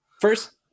first